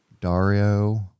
Dario